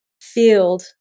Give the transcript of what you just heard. field